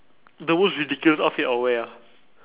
the most ridiculous outfit I will wear ah